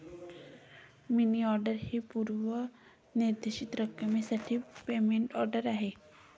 मनी order ही पूर्व निर्दिष्ट रकमेसाठी पेमेंट ऑर्डर आहे